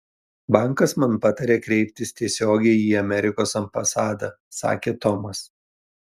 bankas man patarė kreiptis tiesiogiai į amerikos ambasadą sakė tomas